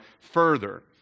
further